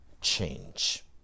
change